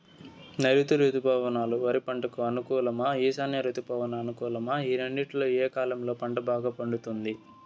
నైరుతి రుతుపవనాలు వరి పంటకు అనుకూలమా ఈశాన్య రుతుపవన అనుకూలమా ఈ రెండింటిలో ఏ కాలంలో పంట బాగా పండుతుంది?